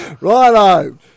Righto